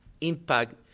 impact